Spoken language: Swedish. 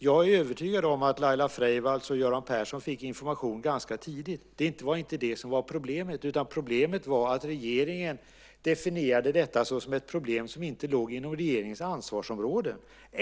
Jag är övertygad om att Laila Freivalds och Göran Persson fick information ganska tidigt. Det var inte det som var problemet. Problemet var att regeringen definierade detta som ett problem som inte låg inom regeringens ansvarsområde.